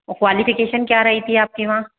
और क्वालिफिकेशन क्या रही थी आपकी वहाँ